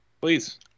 please